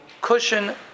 cushion